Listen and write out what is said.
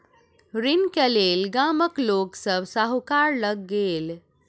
ऋण के लेल गामक लोक सभ साहूकार लग गेल